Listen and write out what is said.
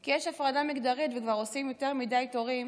כי יש הפרדה מגדרית, וכבר עושים יותר מדי תורים